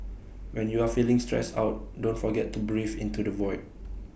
when you are feeling stressed out don't forget to breathe into the void